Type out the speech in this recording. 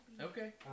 Okay